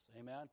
amen